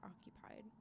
occupied